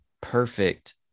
perfect